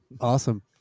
Awesome